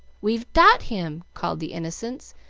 we've dot him! called the innocents,